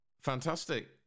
Fantastic